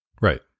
Right